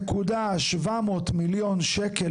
2,700,000 מיליון שקלים